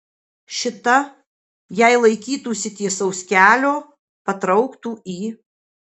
šita jei laikytųsi tiesaus kelio patrauktų į